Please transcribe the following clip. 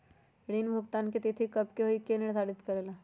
ऋण भुगतान की तिथि कव के होई इ के निर्धारित करेला?